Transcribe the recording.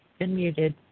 unmuted